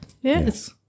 yes